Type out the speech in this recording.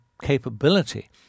capability